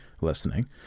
listening